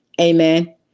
Amen